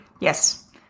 Yes